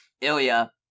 Ilya